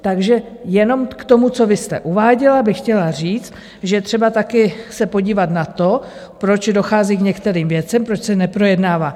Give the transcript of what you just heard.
Takže jenom k tomu, co vy jste uváděla, bych chtěla říct, že je třeba také se podívat na to, proč dochází k některým věcem, proč se neprojednává...